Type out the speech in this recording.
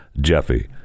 Jeffy